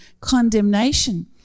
condemnation